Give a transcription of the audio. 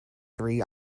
three